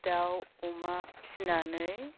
दाउ अमा फिसिनानै